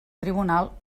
tribunal